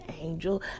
angel